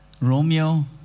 Romeo